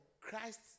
Christ